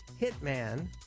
hitman